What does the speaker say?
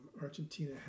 Argentina